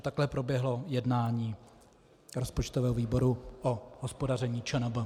Takhle proběhlo jednání rozpočtového výboru o hospodaření ČNB.